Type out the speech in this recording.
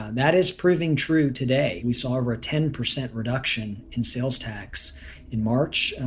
that is proving true today. we saw over a ten percent reduction in sales tax in march,